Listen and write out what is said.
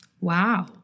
wow